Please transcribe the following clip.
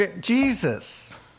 Jesus